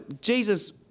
Jesus